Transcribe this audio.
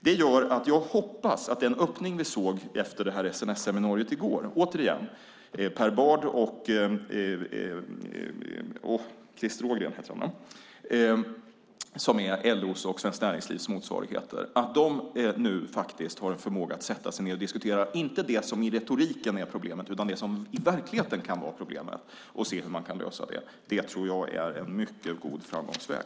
Det gör att jag hoppas på den öppning vi såg efter SNS-seminariet i går, att Per Bardh och Christer Ågren från LO respektive Svenskt Näringsliv nu har en förmåga att sätta sig ned och diskutera, inte det som i retoriken är problemet utan det som i verkligheten kan vara problemet, och se hur man kan lösa det. Det tror jag är en mycket god framgångsväg.